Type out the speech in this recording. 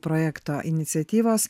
projekto iniciatyvos